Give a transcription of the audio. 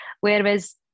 Whereas